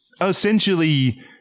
essentially